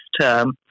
term